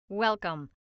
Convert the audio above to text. Welcome